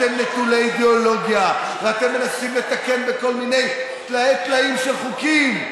אתם נטולי אידיאולוגיה ואתם מנסים לתקן בכל מיני טלאי טלאים של חוקים.